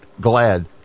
glad